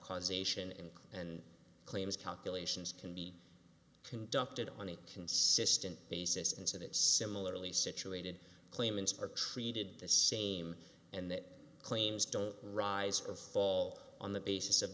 causation income and claims calculations can be conducted on a consistent basis incidents similarly situated claimants are treated the same and that claims don't rise or fall on the basis of